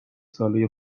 ساله